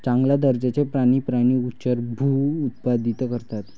चांगल्या दर्जाचे प्राणी प्राणी उच्चभ्रू उत्पादित करतात